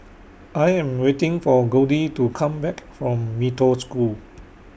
I Am waiting For Goldie to Come Back from Mee Toh School